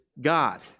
God